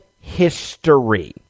history